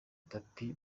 tapi